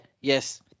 yes